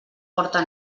porta